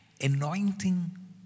Anointing